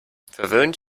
verwöhnt